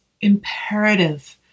imperative